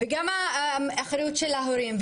וגם אחריות של ההורים,